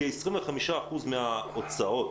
כ-25% מההוצאות